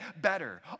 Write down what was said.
better